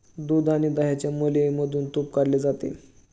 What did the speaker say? दूध आणि दह्याच्या मलईमधून तुप काढले जाते